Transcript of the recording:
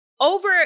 Over